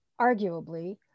arguably